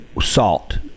salt